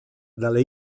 dalle